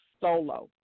solo